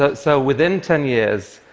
ah so within ten years,